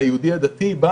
והיהודי הדתי בא